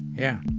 yeah.